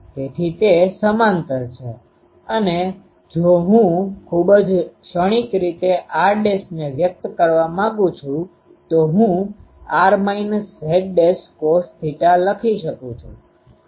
તેથી તે સમાંતર છે અને જો હું ખૂબ જ ક્ષણિક રીતે r' ને વ્યક્ત કરવા માંગુ છું તો હું r Z'cosθ લખી શકું છું